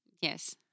Yes